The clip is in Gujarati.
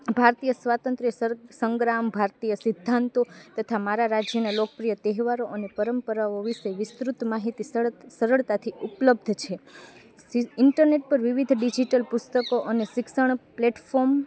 ભારતીય સ્વાતંત્ર્ય સંગ્રામ ભારતીય સિદ્ધાંતો તથા મારા રાજ્યના લોકપ્રિય તહેવારો અને પરંપરાઓ વિશે વિસ્તૃત માહિતી સરળતાથી ઉપલબ્ધ છે ઈન્ટરનેટ પર વિવિધ ડિજીટલ પુસ્તકો અને શિક્ષણ પ્લેટફોમ